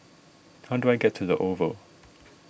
how do I get to the Oval